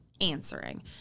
answering